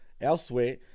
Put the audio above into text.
elsewhere